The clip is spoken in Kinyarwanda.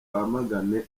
twamagane